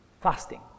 fasting